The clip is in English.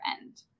end